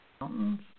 Mountains